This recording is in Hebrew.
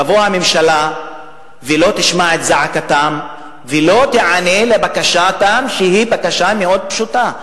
תבוא הממשלה ולא תשמע את זעקתם ולא תיענה לבקשתם שהיא בקשה מאוד פשוטה: